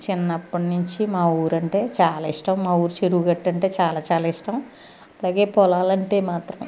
చిన్నప్పటి నుంచి మా ఊరు అంటే చాలా ఇష్టం మా ఊరి చెరువు గట్టు అంటే చాలా చాలా ఇష్టం అలాగే పొలాలు అంటే మాత్రం